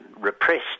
repressed